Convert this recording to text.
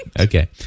okay